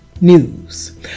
news